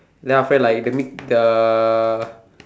then after that like the mid the